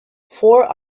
four